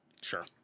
sure